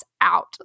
out